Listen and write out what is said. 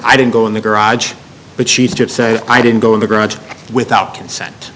i didn't go in the garage but she's did say i didn't go in the garage without consent